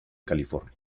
california